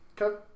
Okay